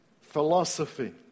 philosophy